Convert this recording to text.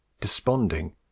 desponding